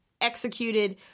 executed